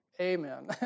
Amen